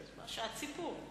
שעת סיפור.